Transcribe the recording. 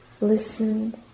listen